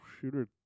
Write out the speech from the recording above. Shooter